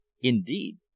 indeed